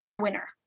winner